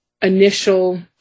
initial